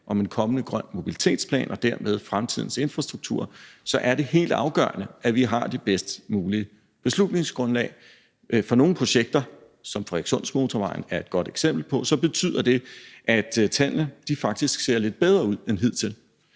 om en kommende grøn mobilitetsplan og dermed fremtidens infrastruktur, så er det helt afgørende, at vi har det bedste mulige beslutningsgrundlag. For nogle projekter, som Frederikssundmotorvejen er et godt eksempel på, betyder det, at tallene faktisk ser lidt bedre ud end hidtil.